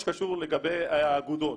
שקשור לגבי האגודות.